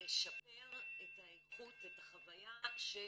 לשפר את האיכות ואת החוויה של